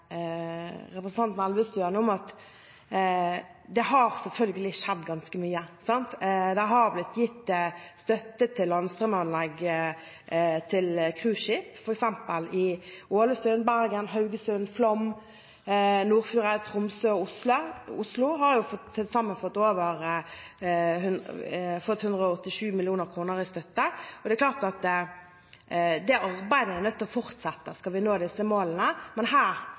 at det selvfølgelig har skjedd ganske mye. Det har blitt gitt støtte til landstrømanlegg til cruiseskip, f.eks. i Ålesund, Bergen, Haugesund, Flåm, Nordfjordeid, Tromsø og Oslo. De har til sammen fått over 187 mill. kr i støtte. Det er klart at det arbeidet er nødt til å fortsette hvis vi skal nå disse målene. Men her,